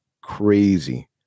crazy